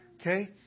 okay